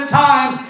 time